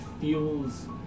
feels